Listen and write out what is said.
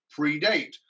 predate